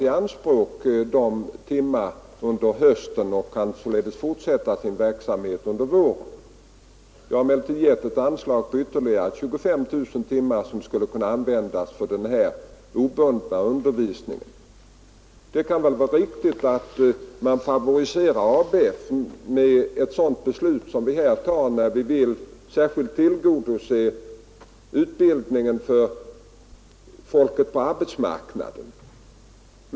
Vi har emellertid utöver de 150 000 studietimmarna för avtalsbunden verksamhet också beviljat ett anslag för ytterligare 25 000 timmar, som kan användas för den obundna undervisningen. Det kan vara riktigt att ABF favoriseras med ett sådant beslut som vi här fattat. Vi har velat särskilt tillgodose utbildningen för folket på arbetsmarknaden.